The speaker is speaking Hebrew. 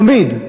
תמיד.